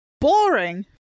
Boring